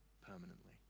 permanently